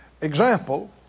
example